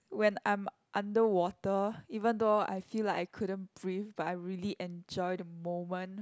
when I'm under water even though I feel like I couldn't breathe but I really enjoy the moment